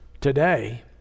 today